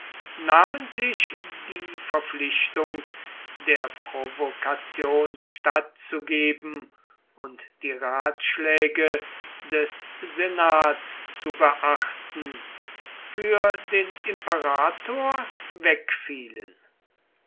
namentlich die verpflichtung der provokation stattzugeben und die ratschläge des senats zu beachten für den imperator